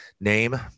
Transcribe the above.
name